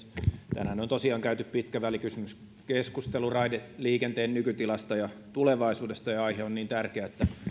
tänään on tosiaan käyty pitkä välikysymyskeskustelu raideliikenteen nykytilasta ja tulevaisuudesta aihe on niin tärkeä että